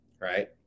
right